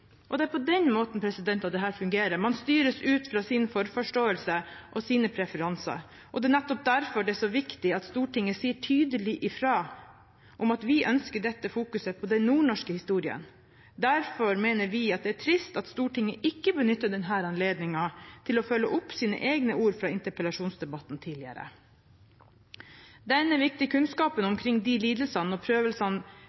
Det er på den måten dette fungerer – man styres ut fra sin forforståelse og sine preferanser – og det er nettopp derfor det er så viktig at Stortinget sier tydelig fra om at vi ønsker dette fokuset på den nordnorske historien. Derfor mener vi at det er trist at Stortinget ikke benytter denne anledningen til å følge opp sine egne ord fra interpellasjonsdebatten tidligere. Denne viktige kunnskapen omkring lidelsene og prøvelsene